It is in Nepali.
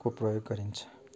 को प्रयोग गरिन्छ